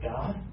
God